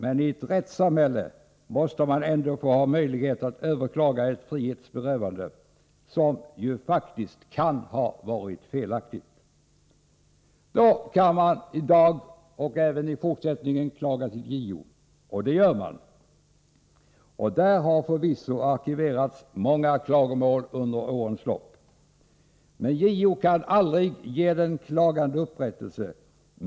Men i ett rättssamhälle måste man ändå få ha möjlighet att överklaga ett frihetsberövande, som ju faktiskt kan ha varit felaktigt. Då kan man i dag och även i fortsättningen klaga till JO. Och det gör man. Och där har förvisso arkiverats många klagomål under årens lopp. Men JO kan aldrig ge den klagande upprättelse.